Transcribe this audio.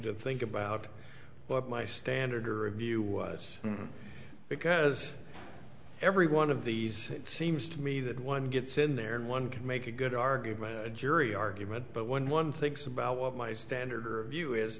to think about what my standard or a view was because every one of these seems to me that one gets in there and one can make a good argument jury argument but when one thinks about what my standard view is